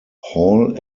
hall